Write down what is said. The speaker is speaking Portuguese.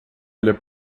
olha